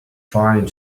trying